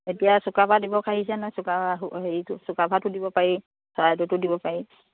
এতিয়া চুকাফা দিৱস আহিছে ন হেৰিটো চুকাফাটো দিব পাৰি চৰাইদেউতো দিব পাৰি